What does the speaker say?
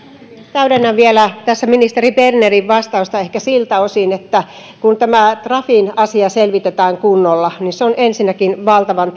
täydennän tässä vielä ministeri bernerin vastausta ehkä siltä osin että kun tämä trafin asia selvitetään kunnolla niin se on ensinnäkin valtavan